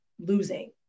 losing